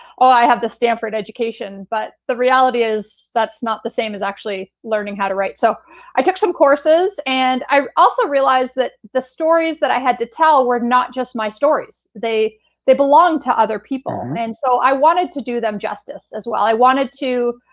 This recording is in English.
ah i have the stanford education, but the reality is, that's not the same as actually learning how to write. so i took some courses and i also realized that the stories that i had to tell were not just my stories. they they belong to other people, and so i wanted to do them justice, as well. i wanted to